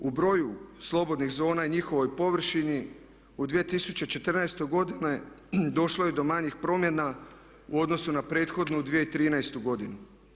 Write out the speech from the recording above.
U broju slobodnih zona i njihovoj površini u 2014. došlo je do manjih promjena u odnosu na prethodnu 2013. godinu.